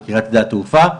בקריית שדה התעופה,